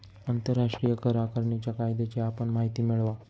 आंतरराष्ट्रीय कर आकारणीच्या कायद्याची आपण माहिती मिळवा